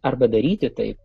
arba daryti taip